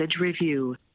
review